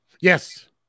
Yes